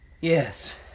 yes